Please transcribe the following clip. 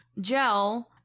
gel